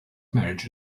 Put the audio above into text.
marriage